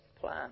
plan